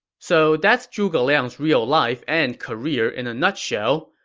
so that's zhuge liang's real life and career in a nutshell.